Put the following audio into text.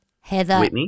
Heather